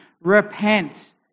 Repent